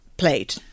played